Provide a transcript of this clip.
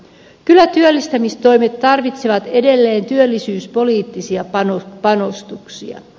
kyllä työllistämistoimet tarvitsevat edelleen työllisyyspoliittisia panostuksia